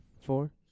Four